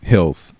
Hills